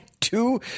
two